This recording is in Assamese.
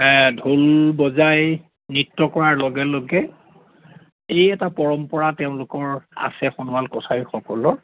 ঢোল বজাই নৃত্য কৰাৰ লগে লগে এই এটা পৰম্পৰা তেওঁলোকৰ আছে সোণোৱাল কছাৰীসকলৰ